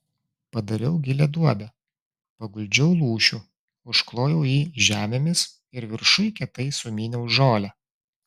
padariau gilią duobę paguldžiau lūšių užklojau jį žemėmis ir viršuj kietai sumyniau žolę